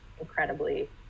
incredibly